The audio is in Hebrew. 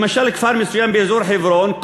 למשל כפר מסוים באזור חברון,